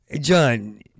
John